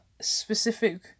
specific